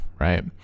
Right